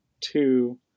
two